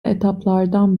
etaplardan